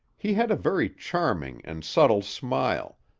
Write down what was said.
he had a very charming and subtle smile,